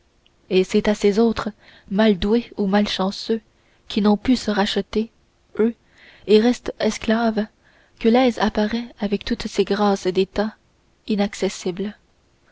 et c'est à ces autres mal doués ou malchanceux qui n'ont pu se racheter eux et restent esclaves que l'aise apparaît avec toutes ses grâces d'état inaccessible